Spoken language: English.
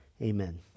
Amen